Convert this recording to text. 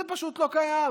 זה פשוט לא קיים.